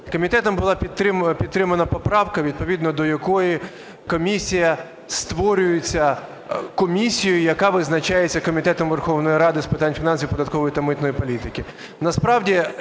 Комітетом була підтримана поправка, відповідно до якої комісія створюється комісією, яка визначається Комітетом Верховної Ради з питань фінансів, податкової та митної політики.